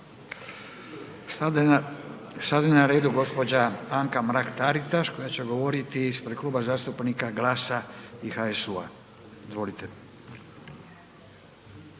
Sada je na redu gđa. Anka Mrak Taritaš koja će govoriti ispred Kluba zastupnika GLAS-a i HSU-a, izvolite.